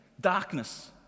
Darkness